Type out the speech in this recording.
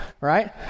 right